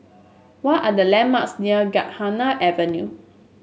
what are the landmarks near Gymkhana Avenue